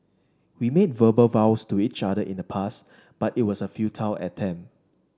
we made verbal vows to each other in the past but it was a futile attempt